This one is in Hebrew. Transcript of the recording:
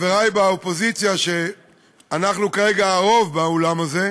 חברי באופוזיציה, ואנחנו כרגע הרוב באולם הזה,